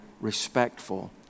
respectful